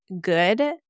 good